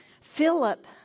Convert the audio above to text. Philip